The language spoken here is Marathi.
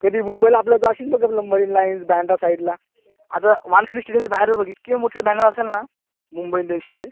कधी मुंबईला आपल्या जाशील ना कधी लम मरीन लाईन्स बँड्रा साईडला आता वानखेडे स्टेडियमच्या बाहेरच बघ इतके मोठे बॅनर असेल ना मुंबई इंडियन्सचे